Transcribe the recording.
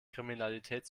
kriminalität